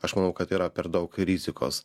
aš manau kad yra per daug rizikos